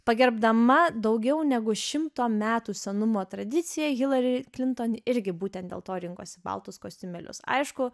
pagerbdama daugiau negu šimto metų senumo tradiciją hilari klinton irgi būtent dėl to rinkosi baltus kostiumėlius aišku